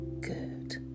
good